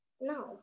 No